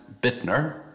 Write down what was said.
Bittner